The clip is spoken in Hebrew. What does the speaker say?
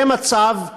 זה מצב,